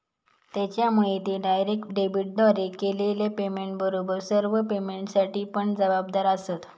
त्येच्यामुळे ते डायरेक्ट डेबिटद्वारे केलेल्या पेमेंटबरोबर सर्व पेमेंटसाठी पण जबाबदार आसंत